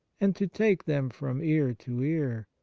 and to take them from ear to ear,